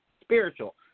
spiritual